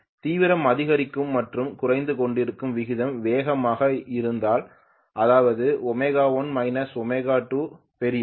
தீவிரம் அதிகரிக்கும் மற்றும் குறைந்து கொண்டிருக்கும் விகிதம் வேகமாக இருந்தால் அதாவது ω1 −ω2 பெரியது